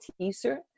teaser